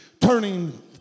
turning